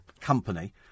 company